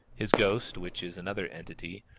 his ghost, which is another entity,